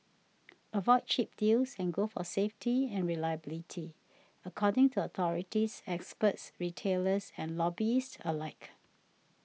avoid cheap deals and go for safety and reliability according to authorities experts retailers and hobbyists alike